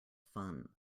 fun